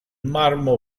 marmo